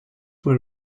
were